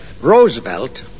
Roosevelt